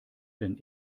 denn